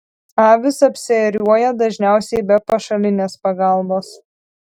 avys apsiėriuoja dažniausiai be pašalinės pagalbos